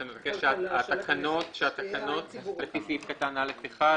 אתה מבקש שהתקנות לפי סעיף קטן (א1):